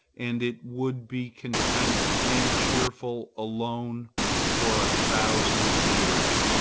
and it would be content and cheerful alone for a thousand years.